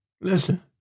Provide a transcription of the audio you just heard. Listen